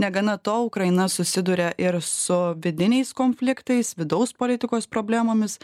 negana to ukraina susiduria ir su vidiniais konfliktais vidaus politikos problemomis